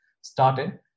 started